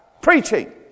Preaching